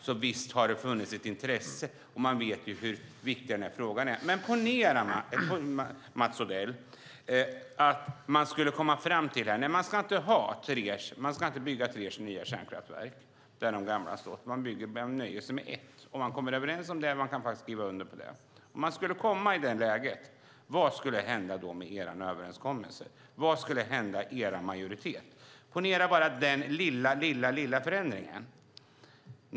Så visst har det funnits ett intresse, och man vet ju hur viktig den här frågan är. Ponera, Mats Odell, att vi skulle komma fram till att vi inte ska bygga tre nya kärnkraftverk där de gamla har stått utan nöjer oss med ett. Vi kommer överens om det och skriver under på det. Om vi skulle komma i det läget, vad skulle då hända med er överenskommelse? Vad skulle hända med er majoritet? Ponera bara den lilla förändringen!